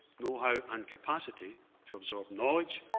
know-how and capacity to absorb knowledge.